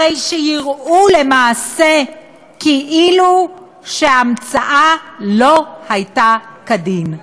הרי שיראו למעשה כאילו ההמצאה לא הייתה כדין.